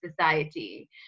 society